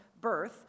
birth